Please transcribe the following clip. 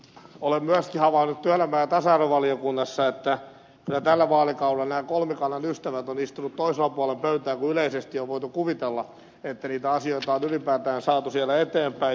olen myös havainnut työelämä ja tasa arvovaliokunnassa että kyllä tällä vaalikaudella nämä kolmikannan ystävät ovat istuneet toisella puolella pöytää kuin yleisesti on voitu kuvitella että niitä asioita on ylipäätään saatu siellä eteenpäin